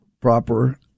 proper